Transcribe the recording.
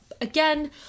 Again